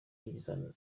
yinjiza